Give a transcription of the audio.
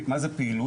מה זה פעילות?